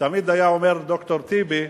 תמיד היה אומר, ד"ר טיבי: